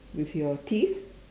with your teeth